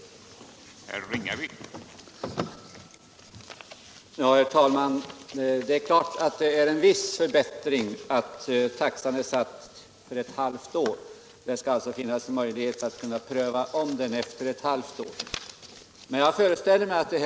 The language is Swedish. Torsdagen den